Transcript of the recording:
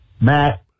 Matt